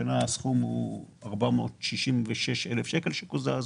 השנה הסכום הוא 466,000 שקל שקוזזו.